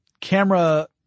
camera